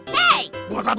hey. what?